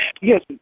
Yes